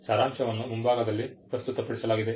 ಸಾರಾಂಶವನ್ನು ಮುಂಭಾಗದಲ್ಲಿ ಪ್ರಸ್ತುತಪಡಿಸಲಾಗಿದೆ